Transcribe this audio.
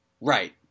Right